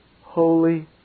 holy